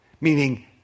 meaning